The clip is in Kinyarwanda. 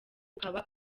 ukaba